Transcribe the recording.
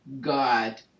God